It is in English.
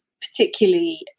particularly